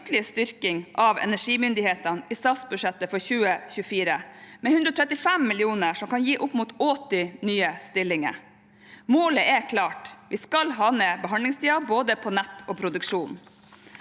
styrking av energimyndighetene i statsbudsjettet for 2024 med 135 mill. kr, som kan gi opp mot 80 nye stillinger. Målet er klart: Vi skal ha ned behandlingstiden på både nett og produksjon.